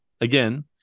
again